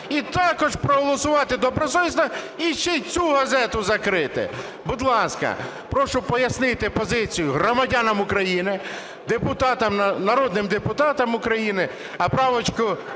і також проголосувати добросовісно - і ще й цю газету закрити? Будь ласка, прошу пояснити позицію громадянам України, народним депутатам України і редакції